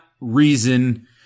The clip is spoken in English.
reason